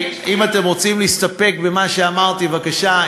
אם אתם רוצים להסתפק במה שאמרתי, בבקשה.